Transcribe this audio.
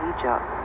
Egypt